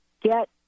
get